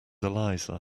elisa